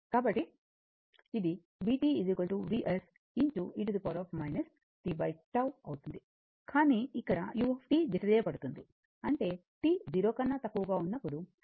కాబట్టి ఇది vt Vs e tτ అవుతుంది కానీ ఇక్కడ u జతచేయబడుతుంది అంటేt 0 కన్నా తక్కువగా ఉన్నప్పుడు u 0